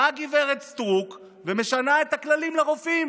באה הגברת סטרוק ומשנה את הכללים לרופאים.